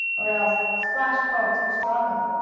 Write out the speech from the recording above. or else splash pulled too strongly,